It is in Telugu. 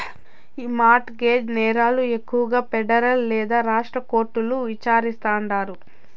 ఈ మార్ట్ గేజ్ నేరాలు ఎక్కువగా పెడరల్ లేదా రాష్ట్ర కోర్టుల్ల విచారిస్తాండారు